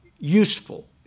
useful